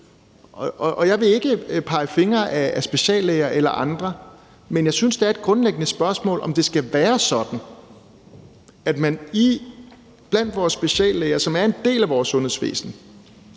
Jeg vil ikke pege fingre ad speciallæger eller andre, men jeg synes, det er et grundlæggende spørgsmål, om det skal være sådan, at man blandt vores speciallæger, som er en del af vores sundhedsvæsen,